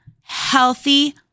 healthy